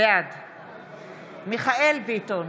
בעד מיכאל מרדכי ביטון,